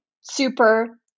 super